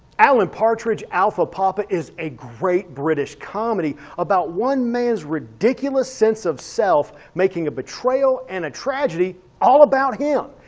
alan partridge alpha papa is a great british comedy about one man's ridiculous sense of self making a betrayal and a tragedy all about him.